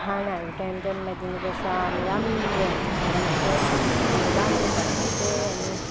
खानाहरू टाइम टाइममा दिनुपर्छ अनि राम्रो हुन्छ मान्छे अनि राम्रो भएर चाहिँ अनि